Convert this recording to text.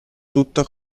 tutta